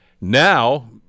Now